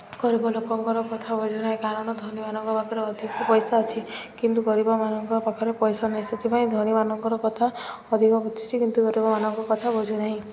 ଗରିବ ଲୋକଙ୍କର କଥା ବୁଝୁନାହିଁ କାରଣ ଧନୀମାନଙ୍କ ପାଖରେ ଅଧିକ ପଇସା ଅଛି କିନ୍ତୁ ଗରିବମାନଙ୍କ ପାଖରେ ପଇସା ନାହିଁ ସେଥିପାଇଁ ଧନୀମାନଙ୍କର କଥା ଅଧିକ ବୁଝିଛି କିନ୍ତୁ ଗରିବମାନଙ୍କ କଥା ବୁଝୁନାହିଁ